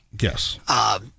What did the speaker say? yes